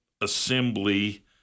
assembly